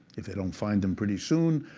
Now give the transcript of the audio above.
if they don't find them pretty soon,